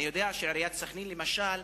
אני יודע שעיריית סח'נין, למשל,